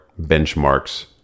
benchmarks